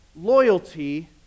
loyalty